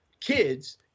kids